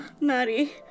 Maddie